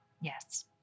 Yes